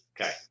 Okay